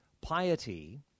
piety